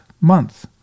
month